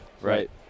Right